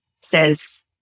says